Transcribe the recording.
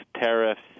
tariffs